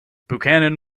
buchanan